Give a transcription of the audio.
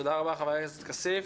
תודה רבה, חבר הכנסת כסיף.